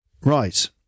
Right